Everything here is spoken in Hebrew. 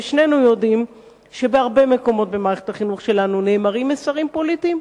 שנינו יודעים שבהרבה מקומות במערכת החינוך שלנו נאמרים מסרים פוליטיים.